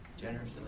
Generously